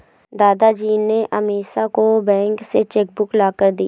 दादाजी ने अमीषा को बैंक से चेक बुक लाकर दी